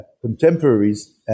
contemporaries